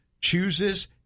chooses